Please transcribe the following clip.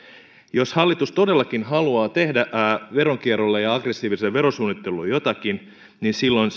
jos hallitus todellakin haluaa tehdä veronkierrolle ja aggressiiviselle verosuunnittelulle jotakin niin silloin